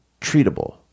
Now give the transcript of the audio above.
treatable